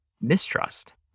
mistrust